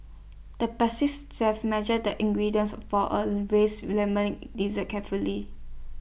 the chef measured the ingredients for A race Lemon Dessert carefully